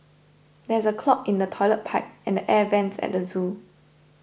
there is a clog in the Toilet Pipe and the Air Vents at the zoo